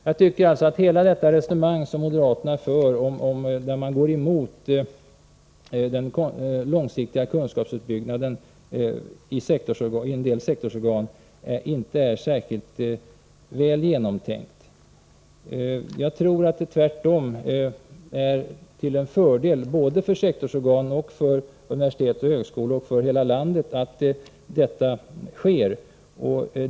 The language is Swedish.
Jag tycker alltså att hela det resonemang som moderaterna för, där man går emot den långsiktiga kunskapsuppbyggnaden i en del sektorsorgan, inte är särskilt väl genomtänkt. Jag tror att det tvärtom är till fördel både för sektorsorganen, för universitet och högskolor och för hela landet att detta sker.